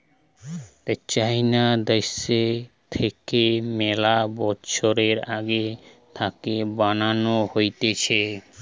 চাইনা দ্যাশ থাকে মেলা বছর আগে থাকে বানানো হতিছে